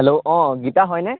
hello অঁ গীতা হয়নে